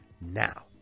Now